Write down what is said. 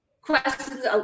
Questions